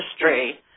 industry